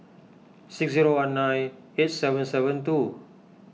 six zero one nine eight seven seven two